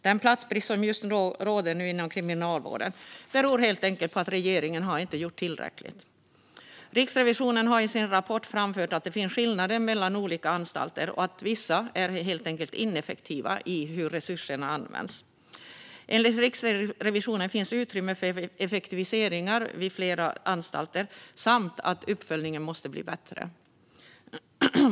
Den platsbrist som just nu råder inom kriminalvården beror helt enkelt på att regeringen inte har gjort tillräckligt. Riksrevisionen har i sin rapport framfört att det finns skillnader mellan olika anstalter och att vissa helt enkelt är ineffektiva i hur resurserna används. Enligt Riksrevisionen finns utrymme för effektiviseringar vid flera anstalter. Dessutom måste uppföljningen bli bättre.